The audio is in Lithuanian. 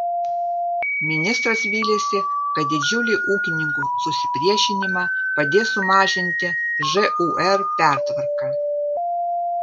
ministras vylėsi kad didžiulį ūkininkų susipriešinimą padės sumažinti žūr pertvarka